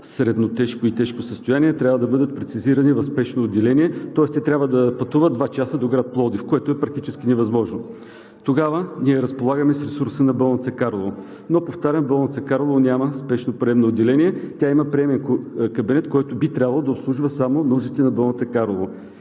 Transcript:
среднотежко и тежко състояние, трябва да бъдат прецизирани в спешно отделение, тоест те трябва да пътуват два часа до град Пловдив, което е практически невъзможно. Тогава ние разполагаме с ресурса на болница Карлово. Но, повтарям, болница Карлово няма спешно приемно отделение. Тя има приемен кабинет, който би трябвало да обслужва само нуждите на болница Карлово.